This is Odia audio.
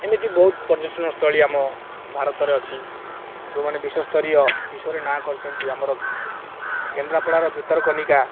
ଏମିତି ବହୁତ ପର୍ଯ୍ୟଟନ ସ୍ଥଳୀ ଆମ ଭାରତରେ ଅଛି ଯେଉଁମାନେ ବିଶ୍ୱସ୍ତରୀୟ ବିଶ୍ୱରେ ନାଁ କରିଛନ୍ତି ଆମର କେନ୍ଦ୍ରାପଡ଼ାର ଭିତରକନିକା